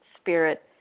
spirit